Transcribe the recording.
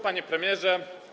Panie Premierze!